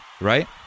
Right